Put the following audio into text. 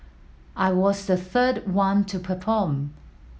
I was the third one to perform